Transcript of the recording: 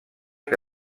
que